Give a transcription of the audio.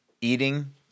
eating